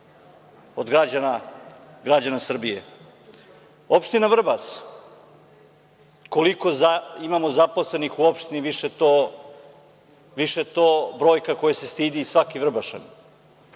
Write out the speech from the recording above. od građana Srbije. Opština Vrbas, koliko imamo zaposlenih u opštini, više je to brojka koja se stidi i svaki Vrbašanin.